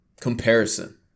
Comparison